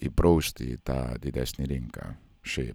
įprausti į tą didesnę rinką šiaip